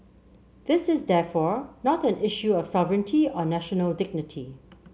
this is therefore not an issue of sovereignty or national dignity